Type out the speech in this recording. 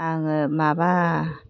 आङो माबा